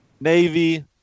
Navy